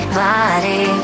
body